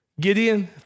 Gideon